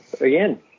again